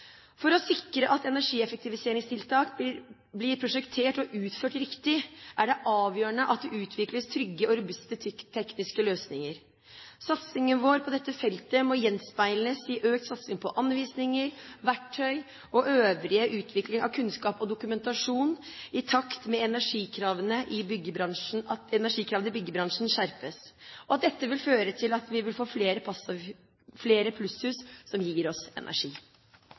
For å sikre at energieffektiviseringstiltak blir prosjektert og utført riktig, er det avgjørende at det utvikles trygge og robuste tekniske løsninger. Satsingen vår på dette feltet må gjenspeiles i økt satsing på anvisninger, verktøy og øvrig utvikling av kunnskap og dokumentasjon i takt med at energikravene i byggebransjen skjerpes. Dette vil føre til at vi vil få flere plusshus som gir oss energi.